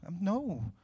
no